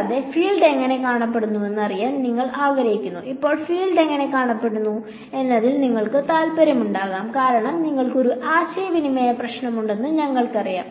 കൂടാതെ ഫീൽഡ് എങ്ങനെ കാണപ്പെടുന്നുവെന്ന് അറിയാൻ നിങ്ങൾ ആഗ്രഹിക്കുന്നു ഇപ്പോൾ ഫീൽഡ് എങ്ങനെ കാണപ്പെടുന്നു എന്നതിൽ നിങ്ങൾക്ക് താൽപ്പര്യമുണ്ടാകും കാരണം നിങ്ങൾക്ക് ഒരു ആശയവിനിമയ പ്രശ്നമുണ്ടെന്ന് ഞങ്ങൾക്കറിയാം